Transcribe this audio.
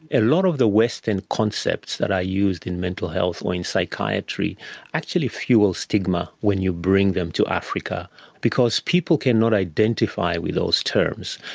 a lot of the western concepts that are used in mental health or in psychiatry actually fuel stigma when you bring them to africa because people cannot identify with those terms,